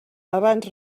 abans